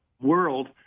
world